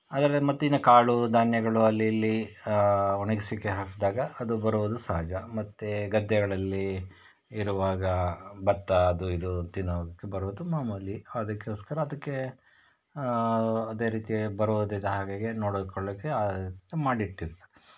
ಹಾಗಾದ್ರೆ ಮತ್ತಿನ್ನು ಕಾಳು ಧಾನ್ಯಗಳು ಅಲ್ಲಿ ಇಲ್ಲಿ ಒಣಗ್ಸೋಕ್ಕೆ ಹಾಕಿದಾಗ ಅದು ಬರುವುದು ಸಹಜ ಮತ್ತು ಗದ್ದೆಗಳಲ್ಲಿ ಇರುವಾಗ ಭತ್ತ ಅದು ಇದು ತಿನ್ನೋದ್ಕೆ ಬರೋದು ಮಾಮೂಲಿ ಅದಕ್ಕೋಸ್ಕರ ಅದಕ್ಕೆ ಅದೇ ರೀತಿ ಬರೋದಿಲ್ಲ ಹಾಗಾಗಿ ನೋಡಿಕೊಳ್ಳೋಕ್ಕೆ ಅಂತ ಮಾಡಿಟ್ಟಿರ್ತಾರೆ